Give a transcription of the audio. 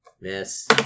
Miss